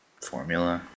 Formula